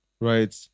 right